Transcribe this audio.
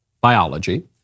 biology